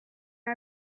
our